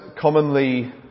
commonly